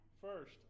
First